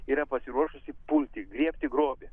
yra pasiruošusi pulti griebti grobį